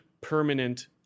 permanent